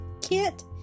Kit